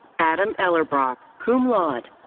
adam ellerbrock, cum laude.